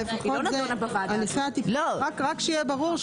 רק שיהיה ברור,